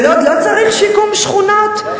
בלוד לא צריך שיקום שכונות,